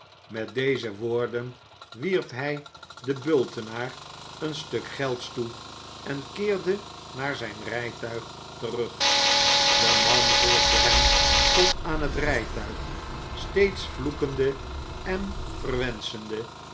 met deze woorden wierp hij den bultenaar een stuk gelds toe en keerde naar zijn rijtuig terug de man volgde hem tot aan het rijtuig steeds vloekende en